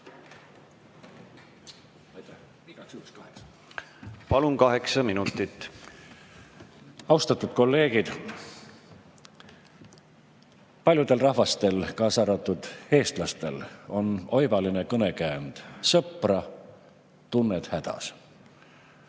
Palun, kaheksa minutit! Austatud kolleegid! Paljudel rahvastel, kaasa arvatud eestlastel, on oivaline kõnekäänd: sõpra tunned hädas.